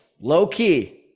low-key